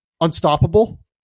unstoppable